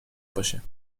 نباشه